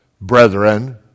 Brethren